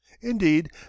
indeed